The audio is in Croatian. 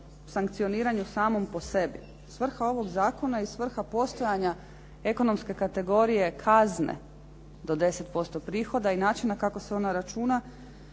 sankcioniranju samom po sebi. Svrha ovog zakona i svrha postojanja ekonomske kategorije kazne do 10% prihoda i načina kako se ona računa